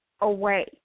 away